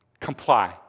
Comply